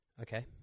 Okay